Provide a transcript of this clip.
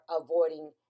avoiding